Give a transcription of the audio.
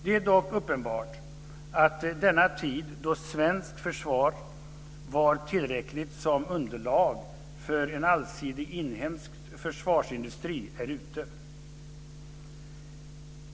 Det är dock uppenbart att denna tid då svenskt försvar var tillräckligt som underlag för en allsidig inhemsk försvarsindustri är ute.